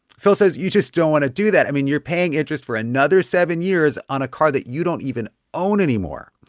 phil says you just don't want to do that. i mean, you're paying interest for another seven years on a car that you don't even own anymore.